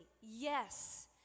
yes